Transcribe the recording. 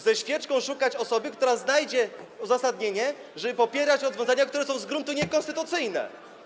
Ze świeczką szukać osoby, która znajdzie uzasadnienie popierania rozwiązań, które są z gruntu niekonstytucyjne.